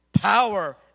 power